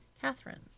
Catherine's